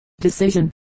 decision